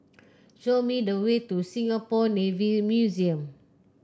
show me the way to Singapore Navy Museum